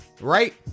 right